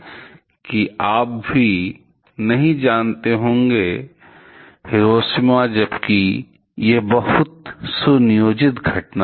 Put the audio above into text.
लड़कियों को हमेशा डैड से एक एक्स क्रोमोसोम में से एक एक्स क्रोमोसोम मिल रहा है इसलिए वे हमेशा एक सामान्य क्रोमोसोम रखती हैं लेकिन वहाँ से दो लड़की संभव हैं एक विशेष रूप से एक्स गुणसूत्र प्रेषित हो सकता है